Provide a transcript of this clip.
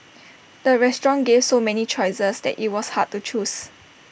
the restaurant gave so many choices that IT was hard to choose